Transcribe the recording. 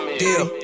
deal